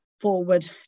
forward